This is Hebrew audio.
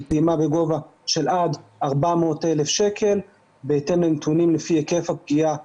זו פעימה בגובה של עד 400,000 שקל בהתאם לנתונים לפי היקף הפגיעה